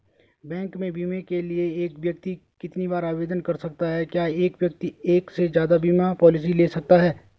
Bank में बीमे के लिए एक व्यक्ति कितनी बार आवेदन कर सकता है क्या एक व्यक्ति एक से ज़्यादा बीमा पॉलिसी ले सकता है?